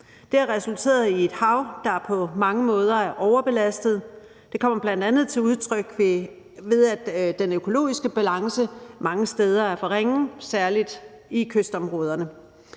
Det har resulteret i et hav, der på mange måder er overbelastet. Det kommer bl.a. til udtryk ved, at den økologiske balance mange steder er for ringe, særlig i kystområderne.